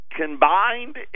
Combined